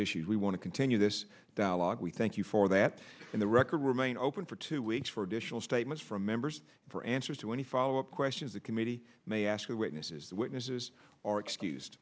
issues we want to continue this dialogue we thank you for that and the record remain open for two weeks for additional statements from members for answers to any follow up questions the committee may ask of witnesses the witnesses are excused